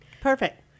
perfect